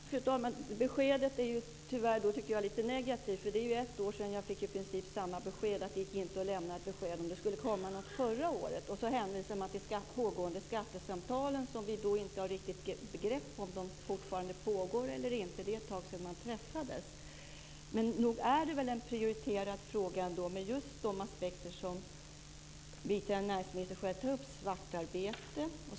Fru talman! Beskedet är tyvärr lite negativt. Det är ett år sedan jag fick i princip samma besked, nämligen att det inte gick att lämna något besked om det skulle komma något förra året. Så hänvisade man till de pågående skattesamtalen. Vi har inte riktigt grepp om de fortfarande pågår eller inte. Det är ju ett tag sedan partierna träffades. Nog är detta en prioriterad fråga med just de aspekter som biträdande näringsministern tog upp, bl.a. svartarbete.